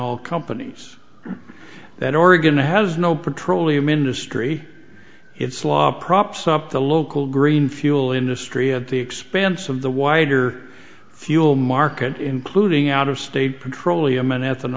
l companies that oregon has no petroleum industry its law props up the local green fuel industry at the expense of the wider fuel market including out of state petroleum and